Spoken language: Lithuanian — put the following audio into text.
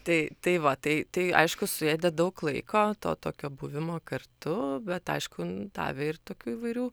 tai tai va tai tai aišku suėdė daug laiko to tokio buvimo kartu bet aišku davė ir tokių įvairių